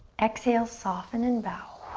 exhale, soften and bow.